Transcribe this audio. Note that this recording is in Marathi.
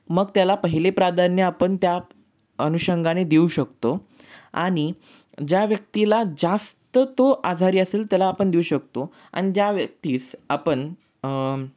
मग त्याला पहिले प्राधान्य आपण त्या अनुषंगाने देऊ शकतो आणि ज्या व्यक्तीला जास्त तो आजारी असेल त्याला आपण देऊ शकतो आणि ज्या व्यक्तीस आपण